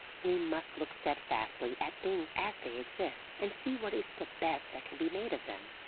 we must look steadfastly at things as they exist, and see what is the best that can be made of them.